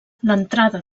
l’entrada